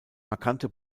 markante